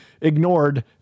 ignored